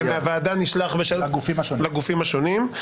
מהוועדה נשלח לגופים השונים.